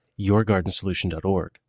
YourGardenSolution.org